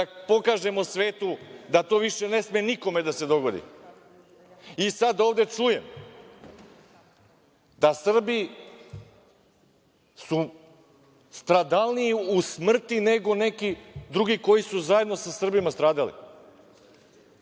da pokažemo svetu da to više ne sme nikome da se dogodi.I sada ovde čujem da su Srbi stradalniji u smrti nego neki drugi koji su zajedno sa Srbima stradali.